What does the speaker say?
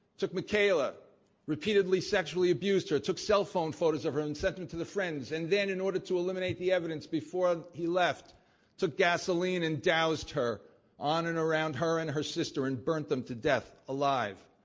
took mi ah repeatedly sexually abused her, took cell phone photos of her, and sent them to the friends. and then in order to eliminate the evidence, before he left took gasoline and doused her on and around her and her sister and burnt them to death, alive.